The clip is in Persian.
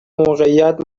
موقعیت